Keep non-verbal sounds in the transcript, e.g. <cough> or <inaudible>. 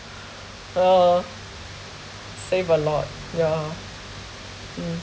<breath> oh save a lot ya lor mm